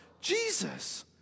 Jesus